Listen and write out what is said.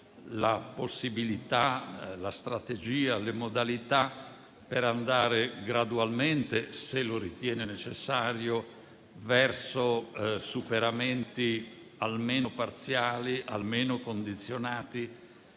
la possibilità, la strategia e le modalità per andare gradualmente, se lo ritiene necessario, verso superamenti, almeno parziali e condizionati,